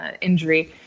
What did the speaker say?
injury